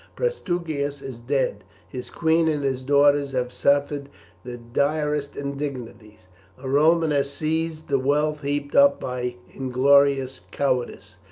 prasutagus is dead his queen and his daughters have suffered the direst indignities a roman has seized the wealth heaped up by inglorious cowardice.